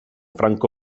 franco